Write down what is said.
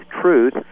truth